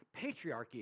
patriarchy